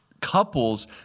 couples